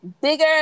Bigger